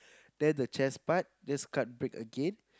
then the chest part just cut break again